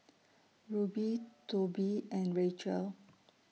Rube Tobie and Rachel